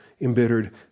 embittered